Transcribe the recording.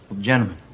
Gentlemen